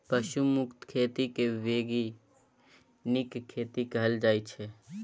पशु मुक्त खेती केँ बीगेनिक खेती कहल जाइ छै